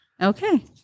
Okay